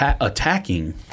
attacking